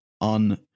on